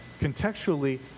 contextually